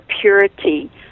purity